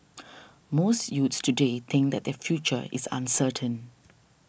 most youths today think that their future is uncertain